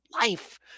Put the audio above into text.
life